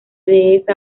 dehesa